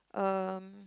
um